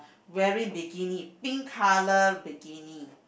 wearing bikini pink colour bikini